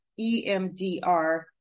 EMDR